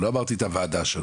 לא אמרתי את הוועדה שלו,